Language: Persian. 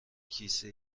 کیسه